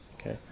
Okay